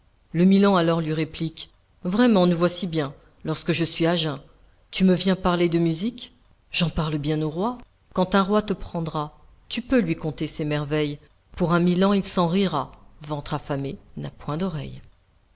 le milan alors lui réplique vraiment nous voici bien lorsque je suis à jeun tu me viens parler de musique j'en parle bien aux rois quand un roi te prendra tu peux lui conter ces merveilles pour un milan il s'en rira ventre affamé n'a point d'oreilles